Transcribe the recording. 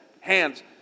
hands